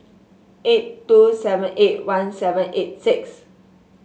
eight two seven eight one seven eight six